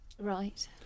Right